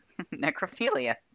necrophilia